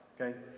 okay